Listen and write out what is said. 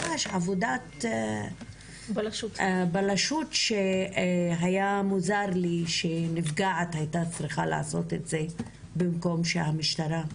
ממש עבודת בלשות שהיה מוזר לי שנפגעת צריכה לעשות את זה במקום המשטרה.